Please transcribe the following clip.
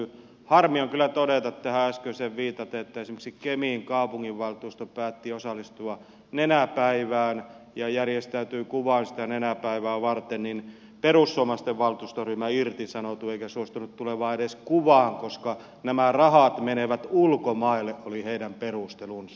harmi on kyllä todeta tähän äskeiseen viitaten että kun esimerkiksi kemin kaupunginvaltuusto päätti osallistua nenäpäivään ja järjestäytyi kuvaan nenäpäivää varten niin perussuomalaisten valtuustoryhmä irtisanoutui eikä suostunut tulemaan edes kuvaan koska nämä rahat menevät ulkomaille se oli heidän perustelunsa